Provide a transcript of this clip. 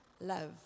love